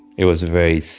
it was very,